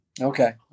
Okay